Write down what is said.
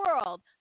world